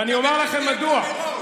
ואני אומר לכם מדוע.